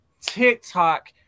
TikTok